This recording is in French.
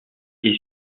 est